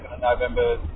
November